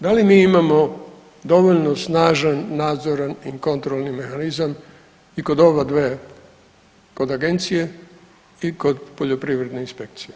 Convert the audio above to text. Da li mi imamo dovoljno snažan nadzoran i kontrolni mehanizam i kod oba dve i kod agencije i kod poljoprivredne inspekcije.